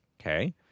Okay